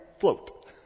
float